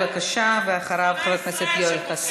אז בבקשה לא להפריע.